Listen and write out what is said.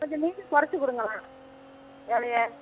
கொஞ்சம் மீன் குறச்சி கொடுங்களேன் விலைய